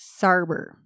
Sarber